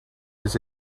his